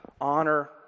honor